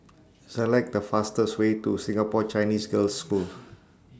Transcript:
Select The fastest Way to Singapore Chinese Girls' School